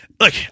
Look